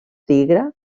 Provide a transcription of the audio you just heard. tigre